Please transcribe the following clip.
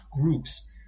groups